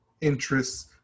interests